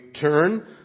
turn